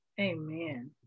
Amen